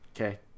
okay